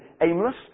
aimless